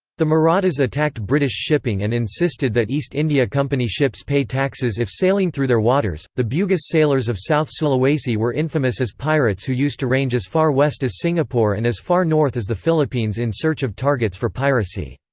the marathas attacked british shipping and insisted that east india company ships pay taxes if sailing through their waters the bugis sailors of south sulawesi were infamous as pirates who used to range as far west as singapore and as far north as the philippines in search of targets for piracy.